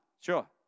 Sure